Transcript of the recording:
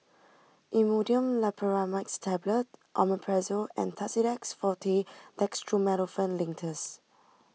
Imodium Loperamide Tablets Omeprazole and Tussidex forte Dextromethorphan Linctus